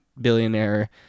billionaire